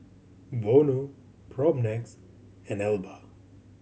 Vono Propnex and Alba